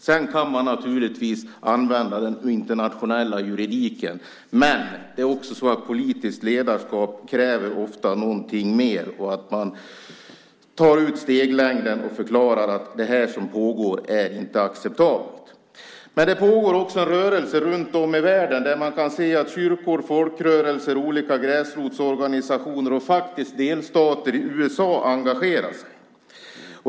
Man kan naturligtvis använda den internationella juridiken, men politiskt ledarskap kräver ofta något mer, att man tar ut steglängden och förklarar att det som pågår inte är acceptabelt. Det pågår också en rörelse runt om i världen där man kan se att kyrkor, folkrörelser, olika gräsrotsorganisationer och faktiskt delstater i USA engagerar sig.